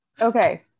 Okay